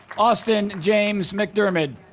austen james mcdiarmid